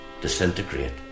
disintegrate